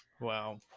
Wow